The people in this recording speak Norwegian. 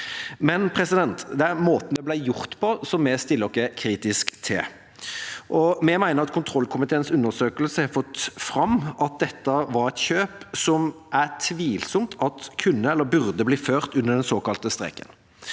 penger på. Det er måten det ble gjort på, som vi stiller oss kritiske til. Vi mener at kontrollkomiteens undersøkelse har fått fram at dette var et kjøp som det er tvilsomt at kunne eller burde bli ført under den såkalte streken.